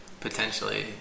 potentially